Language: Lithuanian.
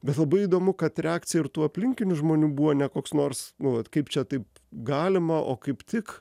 bet labai įdomu kad reakcija ir tų aplinkinių žmonių buvo ne koks nors nu vat kaip čia taip galima o kaip tik